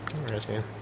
interesting